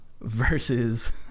versus